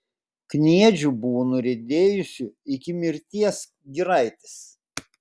kniedžių buvo nuriedėjusių iki mirties giraitės